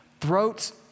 throats